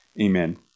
amen